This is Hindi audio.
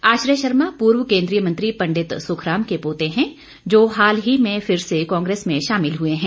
आश्रय शर्मा पूर्व केंद्रीय मंत्री पंडित सुखराम के पोते है जो हाल ही में फिर से कांग्रेस में शामिल हुए हैं